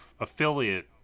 affiliate